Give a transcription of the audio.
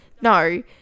No